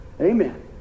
Amen